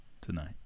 tonight